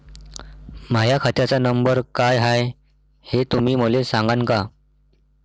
माह्या खात्याचा नंबर काय हाय हे तुम्ही मले सागांन का?